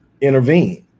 intervene